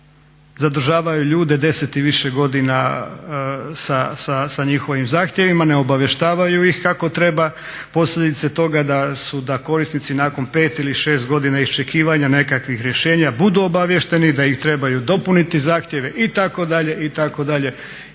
zadržavaju ljude 10 i više godina sa njihovim zahtjevima, ne obavještavaju ih kako treba. Posljedice toga da korisnici nakon 5 ili 6 godina iščekivanja nekakvih rješenja budu obaviješteni, da ih trebaju dopuniti zahtjeve itd., itd.